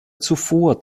zuvor